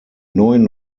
neuen